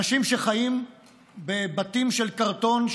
אנשים שחיים בבתים של קרטון,